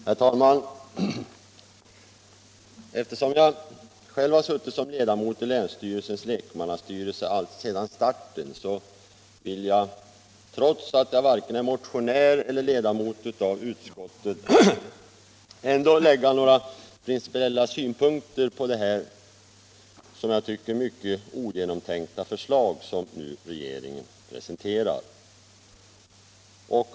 Herr talman! Eftersom jag själv har suttit som ledamot i länsstyrelsens lekmannastyrelse alltsedan starten, så vill jag — trots att jag varken är motionär eller ledamot av utskottet — lägga några principiella synpunkter på detta, som jag tycker, mycket ogenomtänkta förslag som regeringen nu presenterar.